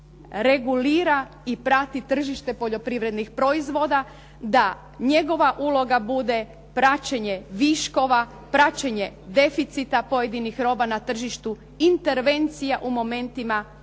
regulira i prati tržište poljoprivrednih proizvoda, da njegova uloga bude praćenje viškova, praćenje deficita pojedinih roba na tržištu, intervencija u momentima jednako